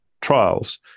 trials